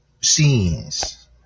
scenes